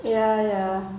ya ya